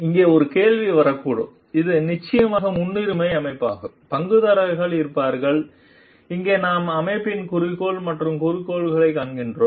இங்கே ஒரு கேள்வி வரக்கூடும் இது நிச்சயமாக முன்னுரிமை அமைப்பாகும் பங்குதாரர்கள் இருப்பார்கள் இங்கே நாம் அமைப்பின் குறிக்கோள் மற்றும் குறிக்கோள்களைக் காண்கிறோம்